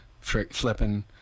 flipping